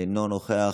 אינו נוכח,